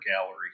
gallery